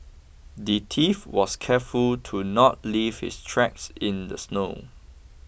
the thief was careful to not leave his tracks in the snow